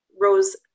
rose